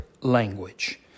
language